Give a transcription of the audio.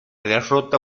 derrota